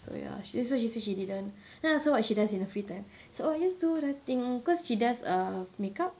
so ya that's why she said she didn't then I ask her what she does in her free time so oh I just do writing because she does err makeup